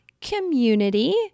community